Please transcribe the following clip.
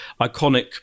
iconic